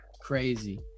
crazy